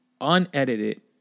unedited